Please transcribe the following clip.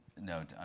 No